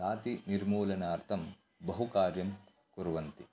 जातिनिर्मूलनार्थं बहु कार्यं कुर्वन्ति